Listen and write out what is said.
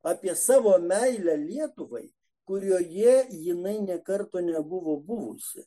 apie savo meilę lietuvai kurioje jinai nė karto nebuvo buvusi